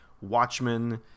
Watchmen